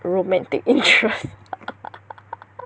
romantic interest